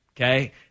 Okay